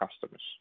customers